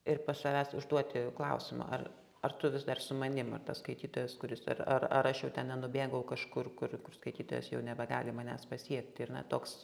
ir po savęs užduoti klausimą ar ar tu vis dar su manim ar tas skaitytojas kuris ar ar ar aš jau ten nenubėgau kažkur kur kur skaitytojas jau nebegali manęs pasiekti ir na toks